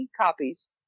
copies